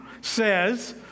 says